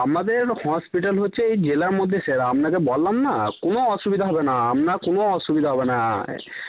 আমাদের হসপিটাল হচ্ছে এই জেলার মধ্যে স্যার আপনাকে বললাম না কোনো অসুবিধা হবে না আপনার কোনো অসুবিধা হবে না